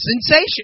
sensation